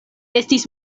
estis